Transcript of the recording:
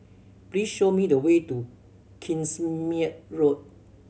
please show me the way to Kingsmead Road